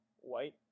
white